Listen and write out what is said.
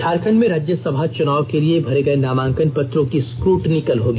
झारखंड में राज्यसभा चुनाव के लिए भरे गए नामांकन पत्रों की स्कूटनी कल होगी